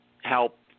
help